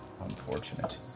unfortunate